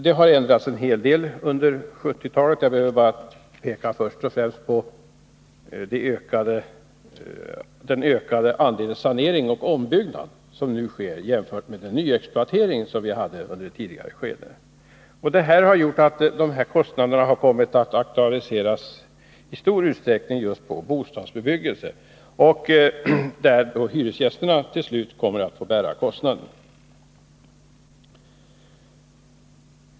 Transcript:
Det har hänt en hel del under 1970-talet — jag vill först och främst peka på den ökade andelen saneringar och ombyggnader som vi nu har jämfört med den nyexploatering som vi hade under tidigare skeden. Detta har gjort att de här kostnaderna i stor utsträckning har kommit att aktualiseras i samband med bostadsbebyggelse, varigenom hyresgästerna blir de som till slut kommer att få bära dem.